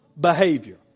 behavior